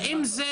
האם זה